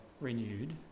renewed